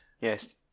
Yes